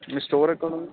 మీ store ఎక్కడ ఉంది